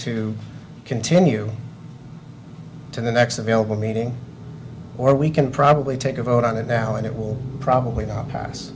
to continue to the next available meeting or we can probably take a vote on it now and it will probably not pass